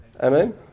Amen